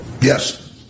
Yes